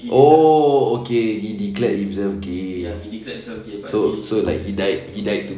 oh okay he declared himself gay so so like he died he died